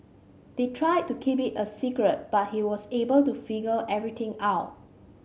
they tried to keep it a secret but he was able to figure everything out